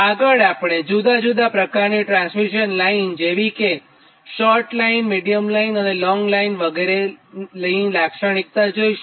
આગળ આપણે જુદા જુદા પ્રકારની ટ્રાન્સમિશન લાઇન જેવી કે શોર્ટ લાઇન મિડીયમ લાઈન અને લોંગ લાઇન વગેરેની લાક્ષણિકતા જોઈશું